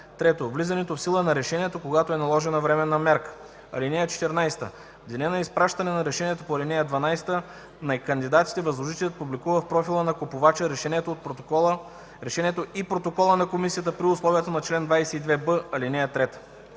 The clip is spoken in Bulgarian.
3. влизането в сила на решението, когато е наложена временна мярка. (14) В деня на изпращане на решението по ал. 12 на кандидатите възложителят публикува в профила на купувача решението и протокола на комисията при условията на чл. 22б, ал. 3.”